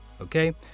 Okay